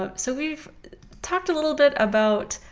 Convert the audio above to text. um so we've talked a little bit about